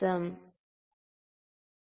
52 24